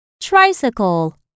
tricycle